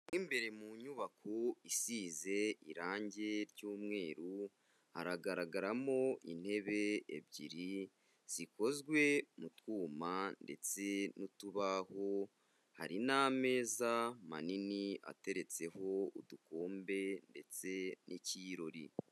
Mo imbere mu nyubako isize irangi ry'umweru, haragaragaramo intebe ebyiri zikozwe mu twuyuma ndetse n'utubaho, hari n'ameza manini ateretseho udukombe ndetse n'ikirori.